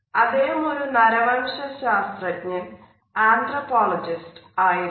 അദ്ദേഹം ഒരു നരവംശശാസ്ത്രജ്ഞൻ ആയിരുന്നു